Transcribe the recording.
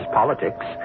politics